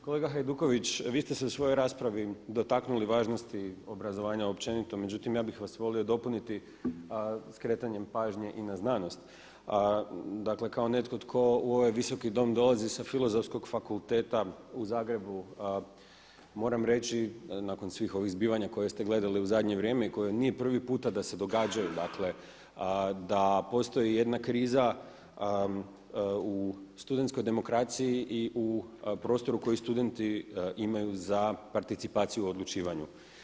Kolega Hajduković, vi ste se u svojoj raspravi dotaknuli važnosti obrazovanja općenito, međutim ja bih vas volio dopuniti a skretanjem pažnje i na znanost dakle kao netko tko u ovaj Visoki dom dolazi sa Filozofskog fakulteta u Zagrebu, moram reći nakon svih ovih zbivanja koje ste gledali u zadnje vrijeme i koje nije prvi puta da se događaju, dakle da postoji jedna kriza u studenskoj demokraciji i u prostoru koji studenti imaju za participaciju u odlučivanju.